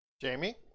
Jamie